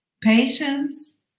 Patience